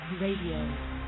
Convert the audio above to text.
Radio